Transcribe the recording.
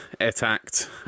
attacked